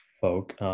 folk